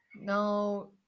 No